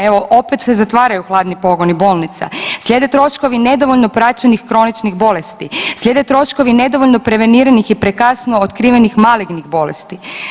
Evo opet se zatvaraju hladni pogoni bolnica, slijede troškovi nedovoljno praćenih kroničnih bolesti, slijede troškovi nedovoljno preveniranih i prekasno otkrivenih malignih bolesti.